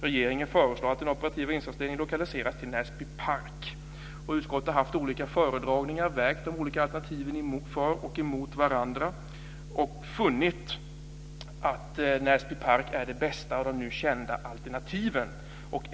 Regeringen föreslår att den operativa insatsledningen lokaliseras till Näsbypark. Utskottet har haft olika föredragningar, vägt de olika alternativen emot varandra och funnit att Näsbypark är det bästa av de nu kända alternativen.